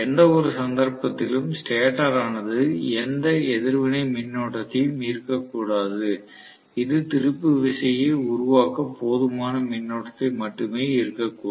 எந்தவொரு சந்தர்ப்பத்திலும் ஸ்டேட்டர் ஆனது எந்த எதிர்வினை மின்னோட்டத்தையும் ஈர்க்கக் கூடாது இது திருப்பு விசையை உருவாக்க போதுமான மின்னோட்டத்தை மட்டும் ஈர்க்கக் கூடும்